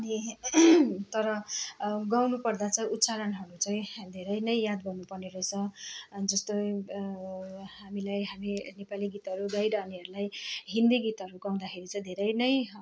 अनि तर गाउनुपर्दा चाहिँ उच्चारणहरू चाहिँ धेरै नै याद गर्नुपर्ने रहेछ जस्तो हामीलाई हामी नेपाली गीतहरू गाइरहनेहरूलाई हिन्दी गीतहरू गाउँदा चाहिँ धेरै नै